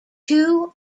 two